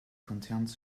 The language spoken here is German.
konzerns